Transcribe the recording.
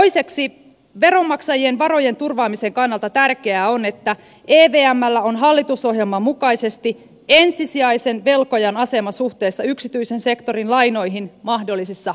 toiseksi veronmaksajien varojen turvaamisen kannalta tärkeää on että evmllä on hallitusohjelman mukaisesti ensisijaisen velkojan asema suhteessa yksityisen sektorin lainoihin mahdollisissa maksukyvyttömyystilanteissa